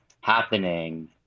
happening